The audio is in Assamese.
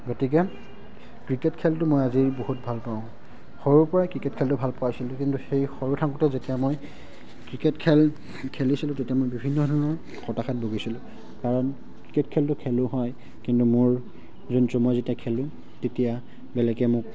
গতিকে ক্ৰিকেট খেলটো মই আজি বহুত ভাল পাওঁ সৰুৰ পৰাই ক্ৰিকেট খেলটো ভাল পাইছিলোঁ কিন্তু সেই সৰু থাকোঁতে যেতিয়া মই ক্ৰিকেট খেল খেলিছিলোঁ তেতিয়া মই বিভিন্ন ধৰণৰ হতাশাত ভুগিছিলোঁ কাৰণ ক্ৰিকেট খেলটো খেলোঁ হয় কিন্তু মোৰ যেতিয়া খেলোঁ তেতিয়া বেলেগে মোক